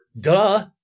Duh